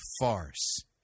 farce